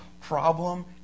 problem